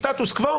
סטטוס קוו,